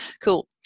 cool